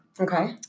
Okay